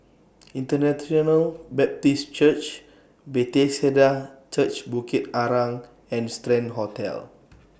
International Baptist Church Bethesda Church Bukit Arang and Strand Hotel